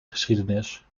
geschiedenis